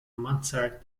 mansard